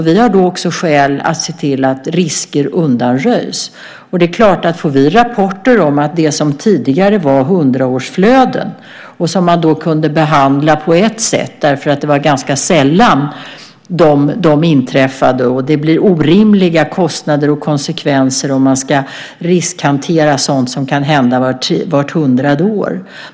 Vi har då också skäl att se till att risker undanröjs. Det som tidigare var hundraårsflöden kunde man behandla på ett sätt därför att det var ganska sällan som de inträffade. Det blir orimliga kostnader och konsekvenser om man ska riskhantera sådant som kan hända vart hundrade år.